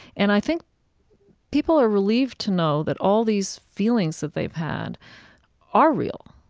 and i think people are relieved to know that all these feelings that they've had are real,